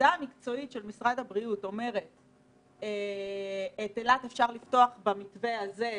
העמדה המקצועית של משרד הבריאות אומרת שאת אילת אפשר לפתוח במתווה הזה,